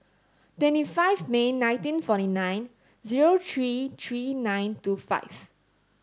twenty five May nineteen forty nine zero three three nine two five